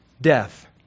death